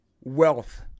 wealth